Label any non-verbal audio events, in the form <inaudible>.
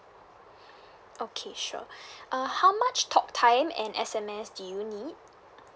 okay sure <breath> uh how much talk time and S_M_S do you need